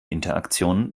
interaktion